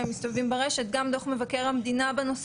בהעלאת המודעות לכל הגורמים הרלוונטיים.